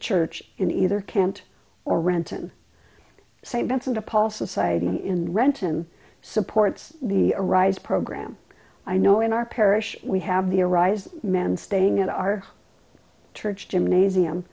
church in either can't or renton st vincent de paul society in renton supports the right program i know in our parish we have the arise men staying at our church gymnasium